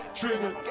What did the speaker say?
trigger